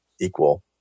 equal